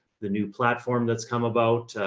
the new platform that's come about.